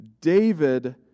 David